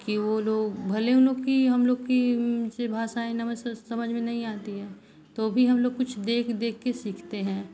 कि वह लोग भले उन लोग की हमलोग की से भाषाएँ समझ में नहीं आती हैं तो भी हमलोग कुछ देख देखकर सीखते हैं